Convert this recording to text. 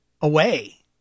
away